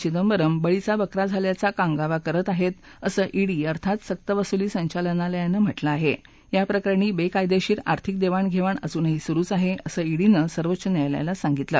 चिदंबरम बळीचा बकरा झाल्याचा कांगावा करत आहस्त् असं ईडी अर्थात सक्तवसुली संचालनालयानं म्हटलं आह आप्रकरणी बक्रियदर्शीर आर्थिक दक्षिण घघाण अजूनही सुरूच आहा असं ईडीनं सर्वोच्च न्यायालयाला सांगितलं